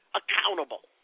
accountable